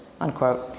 unquote